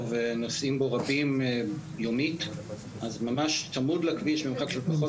ונוסעים בו רבים יומית אז ממש צמוד לכביש במרחק של פחות